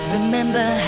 Remember